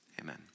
amen